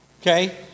okay